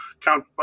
count